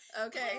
Okay